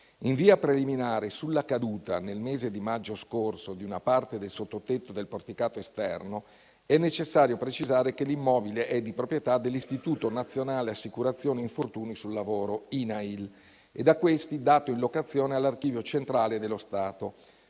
In via preliminare, sulla caduta nel mese di maggio scorso di una parte del sottotetto del porticato esterno è necessario precisare che l'immobile è di proprietà dell'Istituto nazionale assicurazioni infortuni sul lavoro (INAIL), e da questi dato in locazione all'Archivio centrale dello Stato.